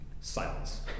Silence